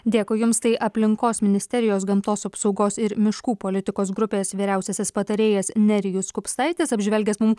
dėkui jums tai aplinkos ministerijos gamtos apsaugos ir miškų politikos grupės vyriausiasis patarėjas nerijus kupstaitis apžvelgęs mum